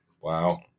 Wow